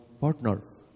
partner